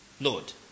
Lord